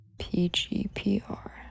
PGPR